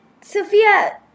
Sophia